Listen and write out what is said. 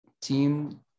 team